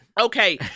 Okay